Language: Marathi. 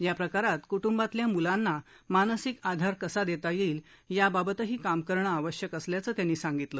या प्रकारात कूटुंबातील मुलांनाही मानसिक आधार कसा देता येईल याबाबतही काम करणं आवश्यक असल्याचं त्यांनी सांगितलं